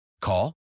Call